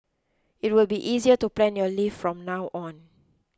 it will be easier to plan your leave from now on